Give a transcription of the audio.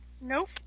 nope